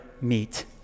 meet